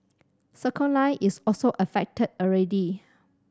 Circle Line is also affected already